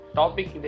topic